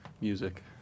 music